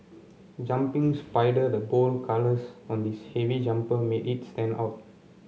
jumping spider the bold colours on this heavy jumper made it stand out